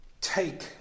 take